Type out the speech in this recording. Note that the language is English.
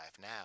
now